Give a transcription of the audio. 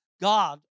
God